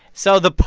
so the.